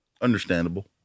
Understandable